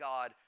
God